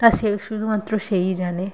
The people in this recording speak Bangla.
তা সে শুধুমাত্র সেই জানে